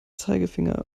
zeigefinger